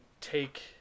take